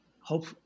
hope